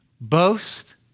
boast